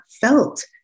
felt